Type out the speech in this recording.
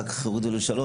אחר כך חשבו מגיל שלוש,